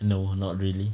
no not really